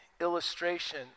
illustration